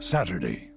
Saturday